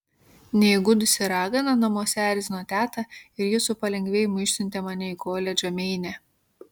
neįgudusi ragana namuose erzino tetą ir ji su palengvėjimu išsiuntė mane į koledžą meine